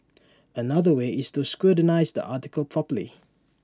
another way is to scrutinise the article properly